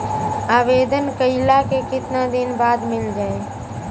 आवेदन कइला के कितना दिन बाद मिल जाई?